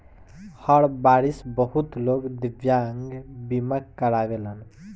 हर बारिस बहुत लोग दिव्यांग बीमा करावेलन